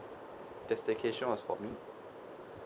the staycation was for me